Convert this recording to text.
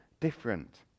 different